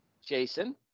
Jason